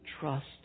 trust